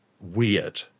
weird